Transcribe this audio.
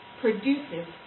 produces